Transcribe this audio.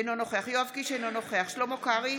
אינו נוכח יואב קיש, אינו נוכח שלמה קרעי,